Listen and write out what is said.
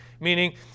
meaning